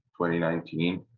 2019